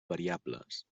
variables